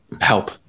help